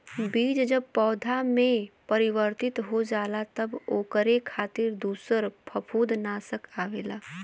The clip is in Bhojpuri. बीज जब पौधा में परिवर्तित हो जाला तब ओकरे खातिर दूसर फंफूदनाशक आवेला